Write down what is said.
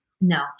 No